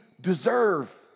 deserve